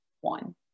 one